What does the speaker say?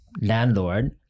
landlord